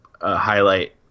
highlight